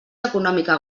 econòmica